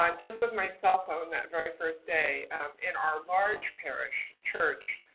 um just with my cell phone that very first day in our large parish church,